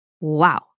Wow